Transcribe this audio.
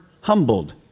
humbled